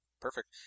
Perfect